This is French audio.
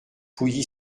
pouilly